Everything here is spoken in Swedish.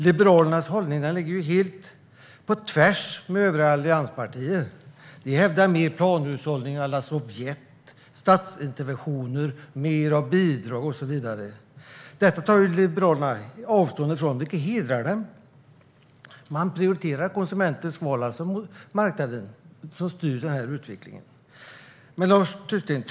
Liberalernas hållning går ju helt på tvärs mot övriga allianspartiers. De hävdar mer planhushållning à la Sovjet, statsinterventioner, mer av bidrag och så vidare. Detta tar Liberalerna avstånd från, vilket hedrar dem. Man prioriterar konsumentens val framför marknaden som styr den här utvecklingen. Lars Tysklind!